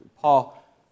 Paul